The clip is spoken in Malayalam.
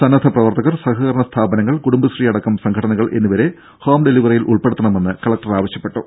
സന്നദ്ധ പ്രവർത്തകർ സഹകരണ സ്ഥാപനങ്ങൾ കുടുംബശ്രീ അടക്കം സംഘടനകൾ എന്നിവരെ ഹോം ഡെലിവറിയിൽ ഉൾപ്പെടുത്തണമെന്ന് കലക്ടർ ആവശ്യപ്പെട്ടു